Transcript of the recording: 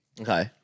Okay